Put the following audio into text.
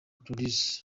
producer